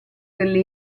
delle